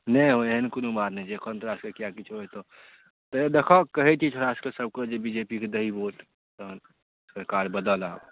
नहि हौ एहन कोनो बात नहि छै एखन तोरा सबके किएक किछु हेतऽ देखऽ कहै छिए छौड़ा सबके जे बी जे पे के दही वोट तहन सरकार बदल आब